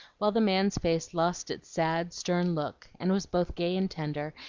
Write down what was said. while the man's face lost its sad, stern look, and was both gay and tender,